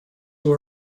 who